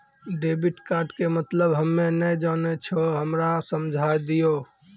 Debit card के मतलब हम्मे नैय जानै छौ हमरा समझाय दियौ?